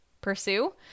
pursue